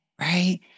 right